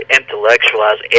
intellectualize